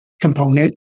component